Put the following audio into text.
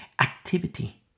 activity